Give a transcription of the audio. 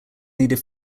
needed